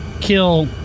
kill